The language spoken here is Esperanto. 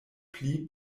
pli